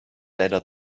leider